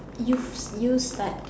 use use like